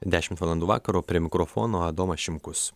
dešimt valandų vakaro prie mikrofono adomas šimkus